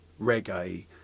reggae